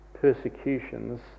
persecutions